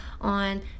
on